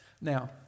Now